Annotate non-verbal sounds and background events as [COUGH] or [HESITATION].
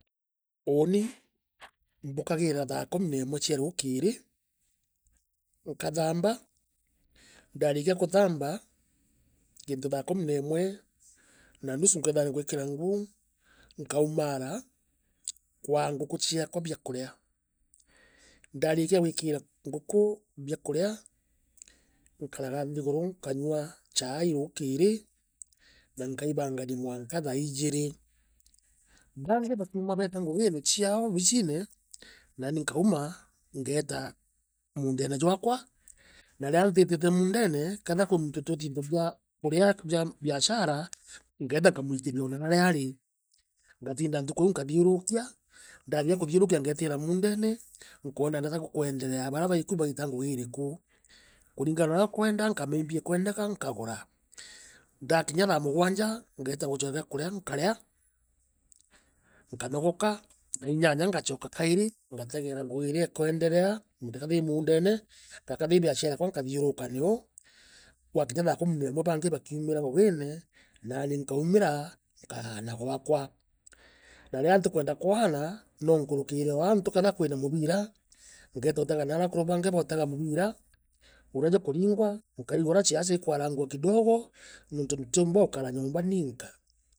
uuni mbukagira thaa kumi na imwe cia ruukiri. nkathaamba, ndarikia kuthaamba, kintu thaa kumi na imwe na nusu nkeethirwa ngwikira nguo, nkaumaara kwaa nguku ciakwa biakuria. ndaarikia gwikira nguku biakuria, nkaraga nthiguru nkanywa chaai ruukiri na nkaibangania mwanka thaa ijiri [HESITATION] baangi bakiuma beeta ngugine ciao obichine, nani nkauma, ngeeta muundene jwaakwa na riria ntiitite muundene, [UNINTELLIGIBLE] muntu utwititie into bia kuria bia biashara, ngeeta nkamwikiria o naaria ari. Ngatinda ntuku iiu nkathiurunkia, ndathiria kuthiurunkia ngeetira muundene, nkoona natia guukwenderea baria baiku bairita ngugi iriku. Kuringana noorea nkwenda nkamenya iimbi ikwendeka nkagura. Ndakinya thaa mugwanja, ngeeta guchoa biakuria nkarea [HESITATION] nkanogoka, thaa inyanya ngachoka kairi ngategeera ngugi iria ikwenderea, kethira i muundene na kethera i biashara eekwa nkathiurunka neo, gwakinya thaa kumi na imwe baangi bakiumira ngugine nani nkaumira nkaana gwakwa. Na riria ntikwenda kwaana, no nkurukire o aantu kwethea kwina mubiira, ngeeta utega naa akuru bangi botega mubira uria jukuringwa, nkaigua uria ciaca ikwarangua kidogo nuntu ntiumba ukara nyomba ninka.